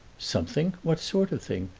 something? what sort of thing?